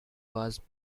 was